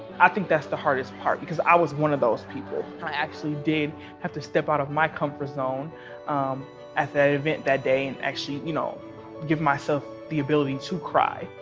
i think that's the hardest part, because i was one of those people. i actually did have to step out of my comfort zone at that event that day and actually you know give myself the ability to cry.